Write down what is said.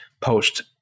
post